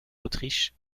autriche